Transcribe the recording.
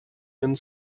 and